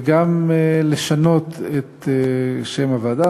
וגם לשנות את שם הוועדה,